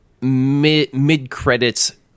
mid-credits